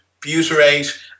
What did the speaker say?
butyrate